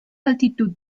altitud